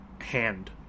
hand